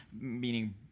meaning